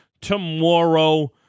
tomorrow